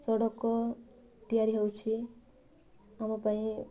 ସଡ଼କ ତିଆରି ହେଉଛି ଆମ ପାଇଁ